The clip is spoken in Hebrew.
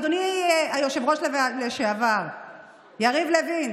אדוני יושב-ראש לשעבר יריב לוין,